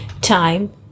time